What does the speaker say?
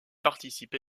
participe